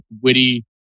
witty